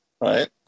Right